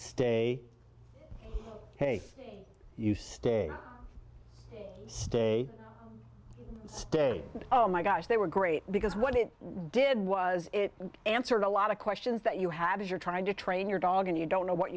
stay hey you stay stay stay my gosh they were great because what it did was it answered a lot of questions that you have if you're trying to train your dog and you don't know what